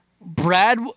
Brad